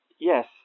yes